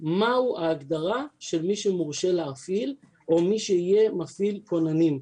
מהי ההגדרה של מי שמורשה להפעיל או מי שיהיה מפעיל כוננים,